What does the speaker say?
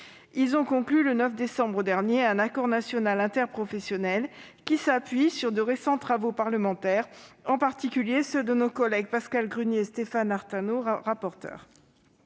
Ils ont conclu, le 9 décembre dernier, un accord national interprofessionnel qui s'appuie sur de récents travaux parlementaires, en particulier ceux de nos collègues Pascale Gruny et Stéphane Artano. Le texte